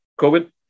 COVID